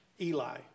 Eli